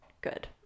good